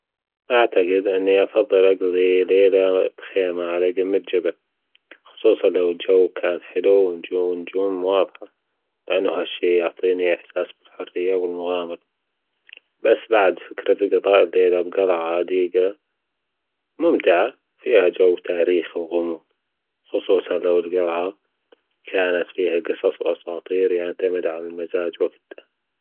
أعتجد أنى أفضل أجضى ليلة - على قمة جبل خصوصا لوالجوكان حلو والنجوم والنجوم واضحة لانه ها الشئ يعطينى احساس بالحرية والمغامرة بس بعد فكره. ممتعة في جو تاريخى وغموض خصوصا. كانت فيها جصص واساطيريعتمد على ال.